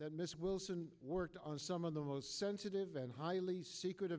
that miss wilson worked on some of the most sensitive and highly secretive